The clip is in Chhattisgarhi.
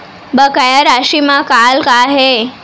बकाया राशि मा कॉल का हे?